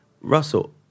Russell